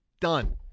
done